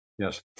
Yes